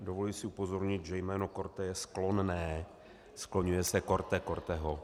Dovoluji si upozornit, že jméno Korte je sklonné, skloňuje se Korte, Korteho.